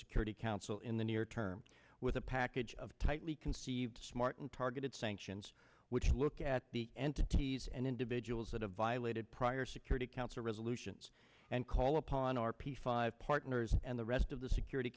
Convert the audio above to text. security council in the near term with a package of tightly conceived smart and targeted sanctions which look at the entities and individuals that have violated prior security council resolutions and call upon our p five partners and the rest of the security